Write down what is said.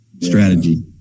strategy